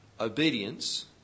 obedience